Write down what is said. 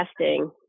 testing